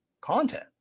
content